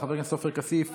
מקיפה מאוד.